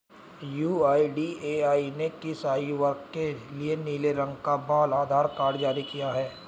UIDAI ने किस आयु वर्ग के लिए नीले रंग का बाल आधार कार्ड जारी किया है?